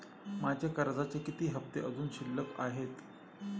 माझे कर्जाचे किती हफ्ते अजुन शिल्लक आहेत?